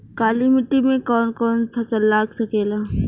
काली मिट्टी मे कौन कौन फसल लाग सकेला?